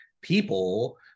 people